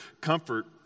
comfort